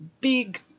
big